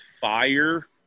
fire